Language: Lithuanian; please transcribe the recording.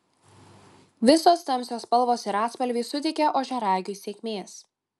visos tamsios spalvos ir atspalviai suteikia ožiaragiui sėkmės